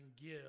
give